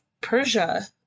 Persia